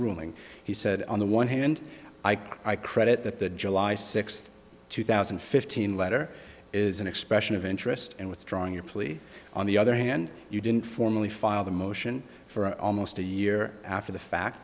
ruling he said on the one hand i credit that the july sixth two thousand and fifteen letter is an expression of interest and withdrawing your plea on the other hand you didn't formally filed a motion for almost a year after the fact